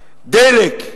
דלק,